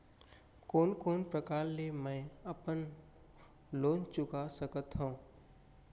कोन कोन प्रकार ले मैं अपन लोन चुका सकत हँव?